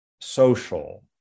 social